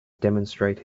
demonstrate